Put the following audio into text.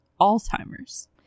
Alzheimer's